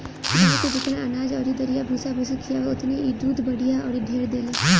गाए के जेतना अनाज अउरी दरिया भूसा भूसी खियाव ओतने इ दूध बढ़िया अउरी ढेर देले